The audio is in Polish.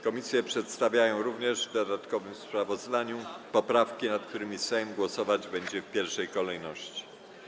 Komisje przedstawiają również w dodatkowym sprawozdaniu poprawki, nad którymi Sejm głosować będzie w pierwszej kolejności.